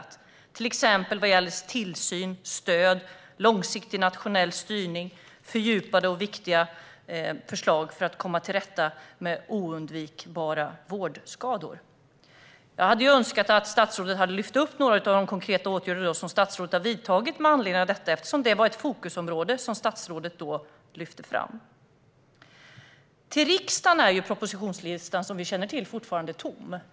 Det handlar till exempel om tillsyn, stöd och långsiktig nationell styrning samt fördjupade och viktiga förslag för att komma till rätta med undvikbara vårdskador. Jag önskar att statsrådet hade lyft upp några av de konkreta åtgärder som han har vidtagit med anledning av detta, eftersom det var ett fokusområde för honom. Propositionslistan till riksdagen är, som vi känner till, fortfarande tom.